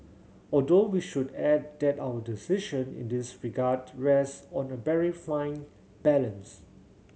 although we should add that our decision in this regard rests on a very fine balance